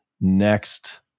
next